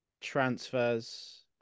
transfers